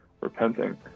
repenting